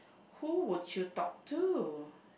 who would you talk to